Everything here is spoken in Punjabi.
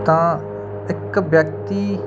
ਤਾਂ ਇੱਕ ਵਿਅਕਤੀ